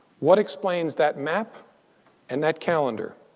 what explains that map and that calendar?